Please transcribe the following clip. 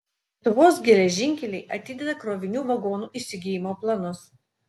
lietuvos geležinkeliai atideda krovinių vagonų įsigijimo planus